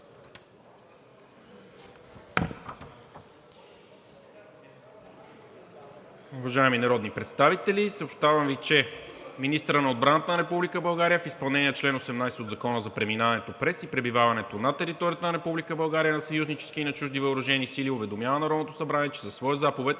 Уважаеми народни представители, съобщавам Ви, че министърът на отбраната на Република България в изпълнение на чл. 18 от Закона за преминаването през и пребиваването на територията на Република България на съюзнически и чужди въоръжени сили уведомява Народното събрание, че със своя заповед